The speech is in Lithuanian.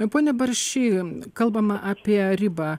pone baršy kalbama apie ribą